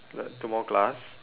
like two more class